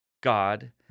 God